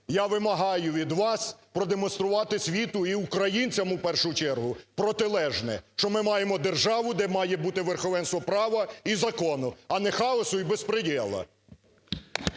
Я вимагаю від вас продемонструвати світу і українцям, в першу чергу, протилежне: що ми маємо державу, де має бути верховенство права і закону, а не хаосу і беспріделу.